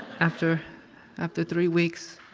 after after three weeks.